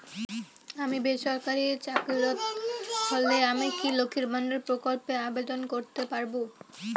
আমি বেসরকারি চাকরিরত হলে আমি কি লক্ষীর ভান্ডার প্রকল্পে আবেদন করতে পারব?